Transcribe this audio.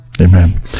Amen